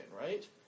right